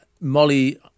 Molly